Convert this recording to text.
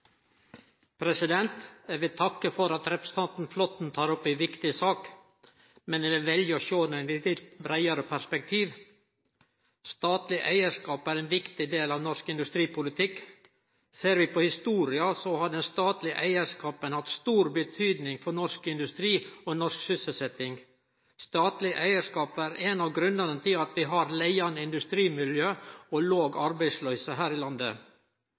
ein viktig del av norsk industripolitikk. Ser vi på historia, har den statlege eigarskapen hatt stor betydning for norsk industri og norsk sysselsetjing. Statleg eigarskap er ein av grunnane til at vi har leiande industrimiljø og låg arbeidsløyse her i landet.